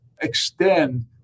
extend